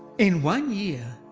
in one year,